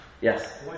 Yes